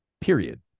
period